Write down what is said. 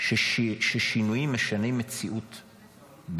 ששינויים משנים מציאות,